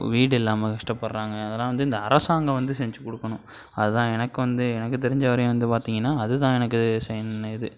வீடு இல்லாமல் கஷ்டப்படுறாங்க அதெல்லாம் வந்து இந்த அரசாங்கம் வந்து செஞ்சுக் கொடுக்கணும் அது தான் எனக்கு வந்து எனக்கு தெரிஞ்ச வரையும் வந்து பார்த்தீங்கன்னா அது தான் எனக்கு செய்ணுன்னு இது